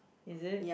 is it